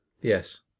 yes